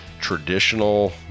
traditional